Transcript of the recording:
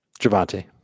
Javante